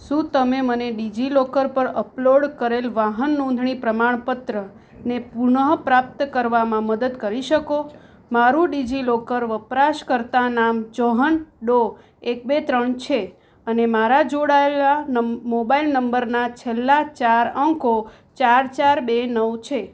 શું તમે મને ડિજિલોકર પર અપલોડ કરેલ વાહન નોંધણી પ્રમાણપત્ર ને પુનઃપ્રાપ્ત કરવામાં મદદ કરી શકો મારું ડિજિલોકર વપરાશકર્તા નામ ચૌહન ડો એક બે ત્રણ છે અને મારા જોડાયેલા મોબાઇલ નંબરના છેલ્લા ચાર અંકો ચાર ચાર બે નવ છે